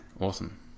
awesome